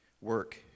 work